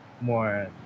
more